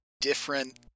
different